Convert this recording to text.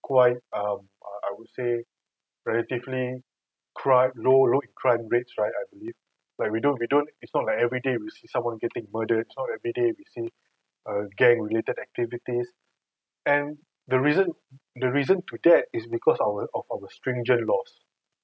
quite um err I would say relatively crime low low in crime rates right I believe like we don't we don't it's not like every day we see someone getting murdered its not everyday we see gang related activities and the reason the reason to that is because our of our stringent laws